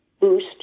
boost